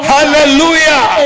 Hallelujah